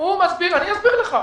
אני אסביר לך.